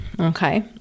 Okay